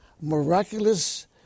miraculous